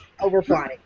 overplotting